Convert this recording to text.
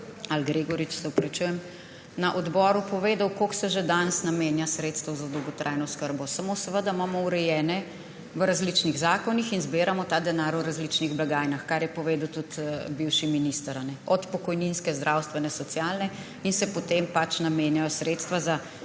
Gregorič je včeraj na odboru povedal, koliko se že danes namenja sredstev za dolgotrajno oskrbo, samo imamo to urejeno v različnih zakonih in zbiramo ta denar v različnih blagajnah, kar je povedal tudi bivši minister, od pokojninske, zdravstvene, socialne, in se potem namenjajo sredstva za